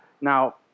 now